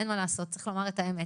אין מה לעשות, צריך לומר את האמת.